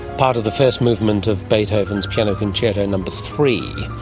part of the first movement of beethoven's piano concerto no three.